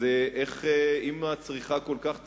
אז אם הצריכה כל כך תרד,